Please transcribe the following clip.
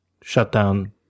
shutdown